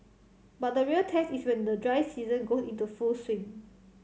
but the real test is when the dry season goes into full swing